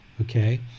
okay